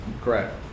Correct